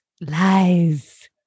Lies